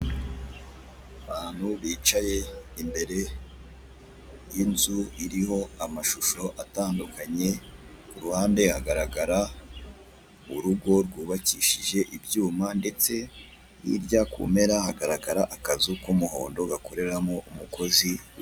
Abantu bicaye imbere y'inzu iriho amashusho atandukanye, kuruhande hagaragara urugo rwubakishije ibyuma ndetse hirya kumpera hagaragara akazu k'umuhondo gakoreramo umukozi.